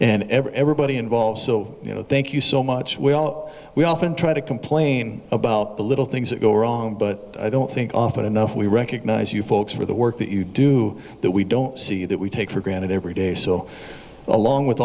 and everybody involved so you know thank you so much well we often try to complain about the little things that go wrong but i don't think often enough we recognize you folks for the work that you do that we don't see that we take for granted every day so along with